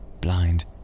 Blind